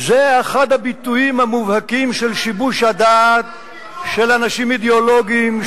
זה אחד הביטויים המובהקים של שיבוש הדעת של אנשים אידיאולוגיים,